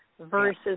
versus